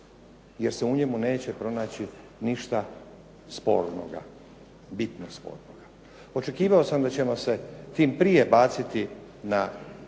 jer se u njemu neće pronaći ništa spornoga, bitno spornoga. Očekivao sam da ćemo se tim prije baciti na